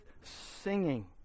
singing